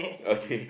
okay